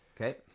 Okay